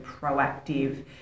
proactive